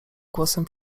głosem